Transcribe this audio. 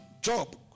job